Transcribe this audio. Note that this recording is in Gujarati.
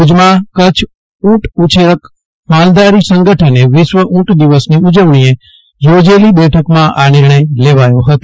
ભુજમાં કચ્છ ઊટ ઉછેરક માલધારી સંગઠને વિશ્વ ઊટ દિવસની ઉજવણીએ યોજેલી બેઠકમાં આ નિર્ણય લેવાયોફતો